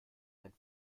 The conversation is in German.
sein